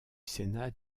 sénat